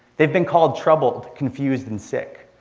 they've been called troubled, confused, and sick,